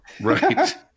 Right